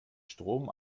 strom